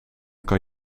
kan